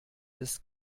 des